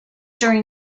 during